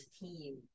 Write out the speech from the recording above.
team